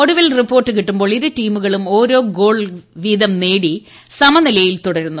ഒടുവിൽ റിപ്പോർട്ട് കിട്ടുമ്പോൾ ഇരു ടീമുകളും ഓരോ ഗോളുകൾ വീതം നേടി സമനിലയിൽ തുടരുന്നു